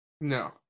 No